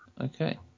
okay